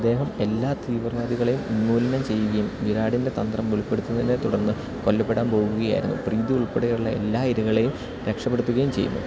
അദ്ദേഹം എല്ലാ തീവ്രവാദികളെയും ഉന്മൂലനം ചെയ്യുകയും വിരാടിൻ്റെ തന്ത്രം വെളിപ്പെടുത്തുന്നതിനെ തുടർന്ന് കൊല്ലപ്പെടാൻ പോകുകയായിരുന്നു പ്രീതി ഉൾപ്പെടെയുള്ള എല്ലാ ഇരകളെയും രക്ഷപ്പെടുത്തുകയും ചെയ്യുന്നു